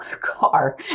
car